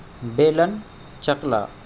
بیلن چکلا